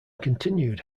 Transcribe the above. continued